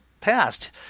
passed